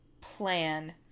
plan